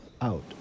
out